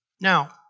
now